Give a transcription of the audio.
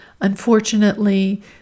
Unfortunately